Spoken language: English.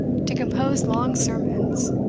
to compose long sermons,